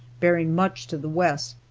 bearing much to the west.